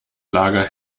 lager